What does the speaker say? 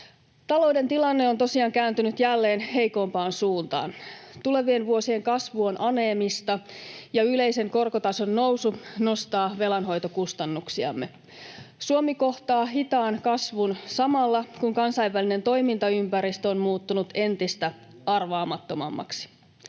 Talouden tilanne on tosiaan kääntynyt jälleen heikompaan suuntaan. Tulevien vuosien kasvu on aneemista, ja yleisen korkotason nousu nostaa velanhoitokustannuksiamme. Suomi kohtaa hitaan kasvun samalla, kun kansainvälinen toimintaympäristö on muuttunut entistä arvaamattomammaksi.